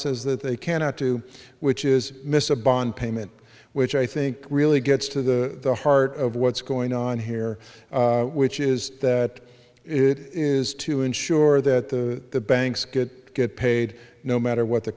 says that they cannot do which is miss a bond payment which i think really gets to the heart of what's going on here which is that it is to ensure that the banks get get paid no matter what the